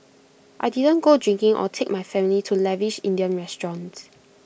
I didn't go drinking or take my family to lavish Indian restaurants